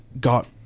got